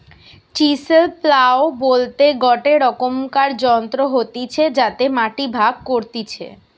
chisel plough বলতে গটে রকমকার যন্ত্র হতিছে যাতে মাটি ভাগ করতিছে